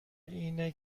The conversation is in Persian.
اینه